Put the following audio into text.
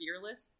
fearless